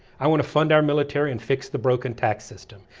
i want to fund our military and fix the broken tax system,